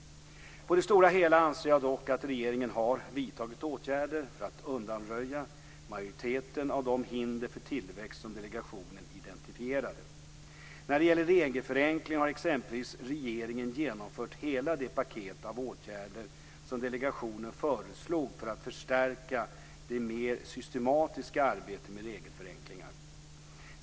På det stora hela anser jag dock att regeringen har vidtagit åtgärder för att undanröja majoriteten av de hinder för tillväxt som delegationen identifierade. När det gäller regelförenkling har exempelvis regeringen genomfört hela det paket av åtgärder som delegationen föreslog för att förstärka det mer systematiska arbetet med regelförenkling.